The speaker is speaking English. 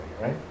Right